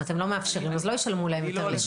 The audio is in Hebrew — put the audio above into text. אם אתם לא מאפשרים אז לא ישלמו להם יותר לשעה.